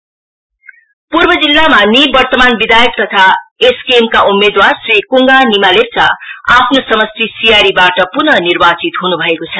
ड्रलेक्सन east पूर्वा जिल्लामा निवर्तमान विधायक तथा एसकेएमका उम्मेदवार श्री क्ङगा निमा लेप्चा आफ्नो समष्टि सियारीबाट पुन निर्वाचित ह्नुभएको छ